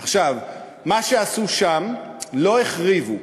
עכשיו, מה שעשו שם, לא החריבו,